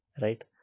right